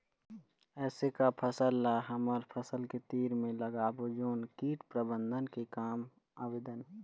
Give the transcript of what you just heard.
ऐसे का फसल ला हमर फसल के तीर मे लगाबो जोन कीट प्रबंधन के काम आवेदन?